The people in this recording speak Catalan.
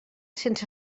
sense